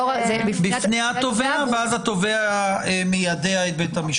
בפני התובע ואז התובע מיידע את בית המשפט.